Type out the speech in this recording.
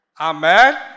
Amen